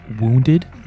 Wounded